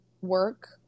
work